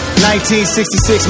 1966